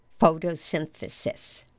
Photosynthesis